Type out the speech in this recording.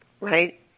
right